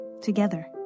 together